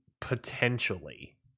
potentially